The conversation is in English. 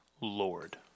Lord